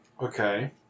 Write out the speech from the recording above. Okay